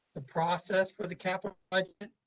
the process for the capital budget.